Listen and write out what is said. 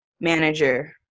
manager